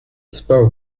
spoke